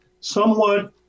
somewhat –